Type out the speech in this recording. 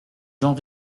gens